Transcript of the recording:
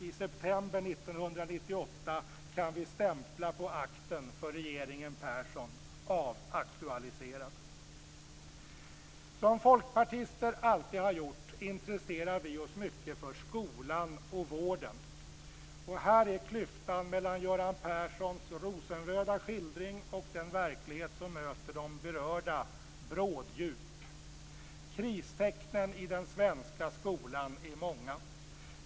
I september 1998 kan vi alltså stämpla på akten för regeringen Persson: Avaktualiserad. Som folkpartister alltid har gjort intresserar också vi oss mycket för skolan och vården. Här är klyftan bråddjup mellan Göran Perssons rosenröda skildring och den verklighet som möter de berörda. Kristecknen i den svenska skolan är många.